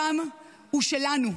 הדם הוא שלנו: